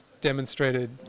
demonstrated